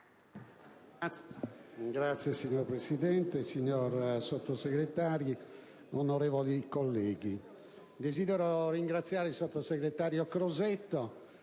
*(PdL)*. Signora Presidente, onorevoli Sottosegretari, onorevoli colleghi, desidero ringraziare il sottosegretario Crosetto